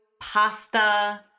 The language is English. pasta